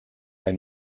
ein